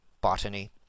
botany